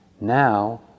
Now